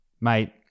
Mate